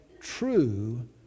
true